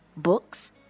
Books